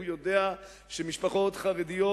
הוא יודע שמשפחות חרדיות,